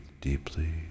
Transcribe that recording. deeply